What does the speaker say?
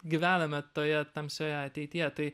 gyvename toje tamsioje ateityje tai